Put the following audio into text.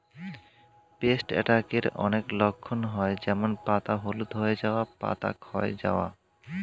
paste অ্যাটাকের অনেক লক্ষণ হয় যেমন পাতা হলুদ হয়ে যাওয়া, পাতা ক্ষয় যাওয়া